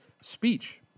speech